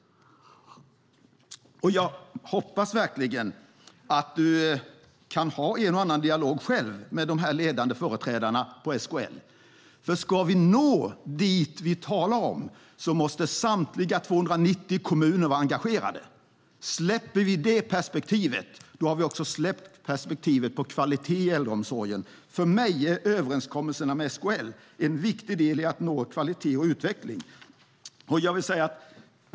Och jag hoppas verkligen att du kan ha en och annan dialog med de här ledande företrädarna på SKL. För ska vi nå dit vi talar om måste samtliga 290 kommuner vara engagerade. Släpper vi det perspektivet släpper vi också det perspektiv som handlar om kvalitet i äldreomsorgen. För mig är överenskommelserna med SKL en viktig del i att nå kvalitet och utveckling.